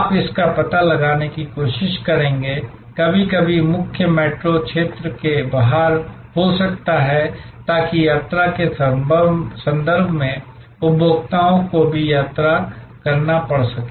आप इसका पता लगाने की कोशिश करेंगे कभी कभी मुख्य मेट्रो क्षेत्र के बाहर हो सकता है ताकि यात्रा के संदर्भ में उपभोक्ताओं को भी यात्रा करना पड़ सके